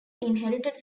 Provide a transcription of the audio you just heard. inherited